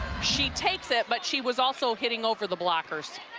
she takes it, but she was also hitting over the blockers.